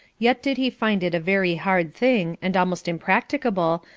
yet did he find it a very hard thing, and almost impracticable,